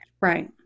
Right